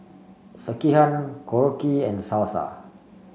Sekihan Korokke and Salsa